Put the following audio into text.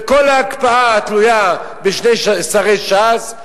וכל ההקפאה תלויה בשני שרי ש"ס,